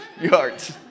yards